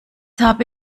habe